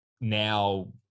now